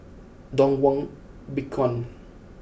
Dong Won Bitcoin